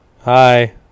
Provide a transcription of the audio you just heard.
Hi